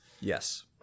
Yes